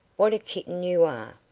what a kitten you are.